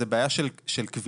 זה בעיה של כבילה.